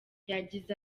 yagize